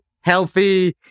healthy